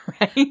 right